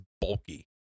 bulky